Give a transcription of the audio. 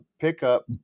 pickup